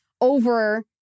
over